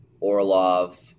Orlov